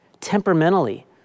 temperamentally